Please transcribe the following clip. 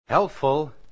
Helpful